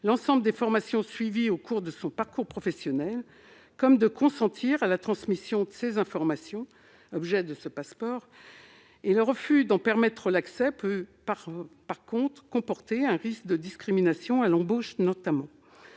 l'ensemble des formations suivies au cours de son parcours professionnel comme de consentir à la transmission des informations qui font l'objet de ce passeport. Mais le refus d'en permettre l'accès peut engendrer un risque de discrimination, à l'embauche notamment.